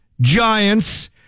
Giants